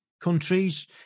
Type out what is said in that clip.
countries